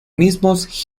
mismos